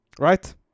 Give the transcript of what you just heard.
Right